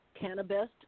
Cannabis